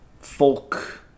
folk